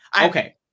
Okay